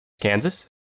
Kansas